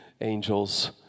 angels